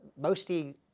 mostly